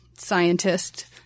scientist